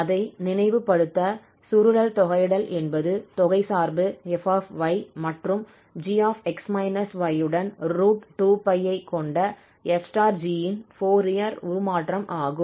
அதை நினைவுபடுத்த சுருளல் தொகையிடல் என்பது தொகைச்சார்பு 𝑓𝑦 மற்றும் 𝑔𝑥 𝑦 உடன் √2𝜋 ஐ கொண்ட 𝑓 ∗ 𝑔 ன் ஃபோரியர் உருமாற்றம் ஆகும்